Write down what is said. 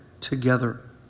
together